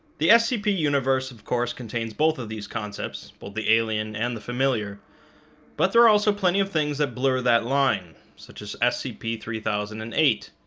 the scp universe, of course, contains both of these concepts, both the alien and the familiar but there are also plenty of things that blur that line. such as scp three thousand and eight,